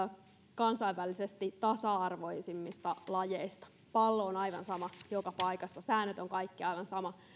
kansainvälisesti tasa arvoisimmista lajeista pallo on aivan sama joka paikassa säännöt ovat kaikkialla samat